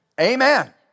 Amen